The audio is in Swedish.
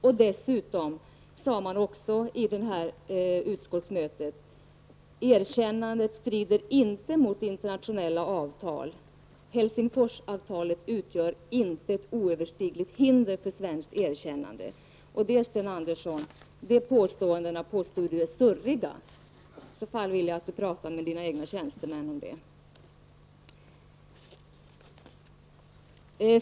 Vid utskottssammanträdet sades det även att erkännandet inte strider mot internationella avtal och att Helsingforsavtalet inte utgör ett oöverstigligt hinder för ett svenskt erkännande. Dessa påståenden säger Sten Andersson är surriga. Om han tycker det anser jag att han skall tala med sina egna tjänstemän om detta.